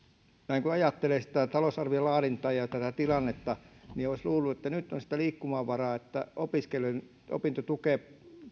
näin kun ajattelee talousarvion laadintaa ja tätä tilannetta niin olisi luullut että nyt on sitä liikkumavaraa että opiskelijoiden opintotukeen